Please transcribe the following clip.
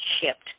shipped